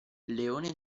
leone